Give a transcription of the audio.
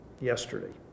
yesterday